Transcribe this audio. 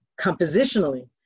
compositionally